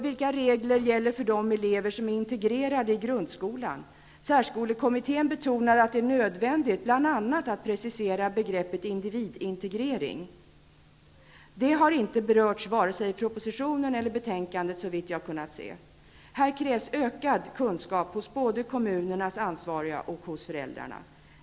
Vilka regler gäller för de elever som är integrerade i grundskolan? Särskolekommittén betonar att det är nödvändigt att precisera bl.a. begreppet individintegrering. Det har inte berörts i vare sig proposition eller betänkande, såvitt jag har kunnat se. Här kävs ökad kunskap hos både kommunernas ansvariga och föräldrar.